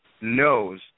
knows